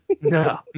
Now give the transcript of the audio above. No